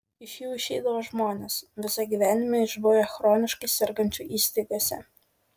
iš jų išeidavo žmonės visą gyvenimą išbuvę chroniškai sergančių įstaigose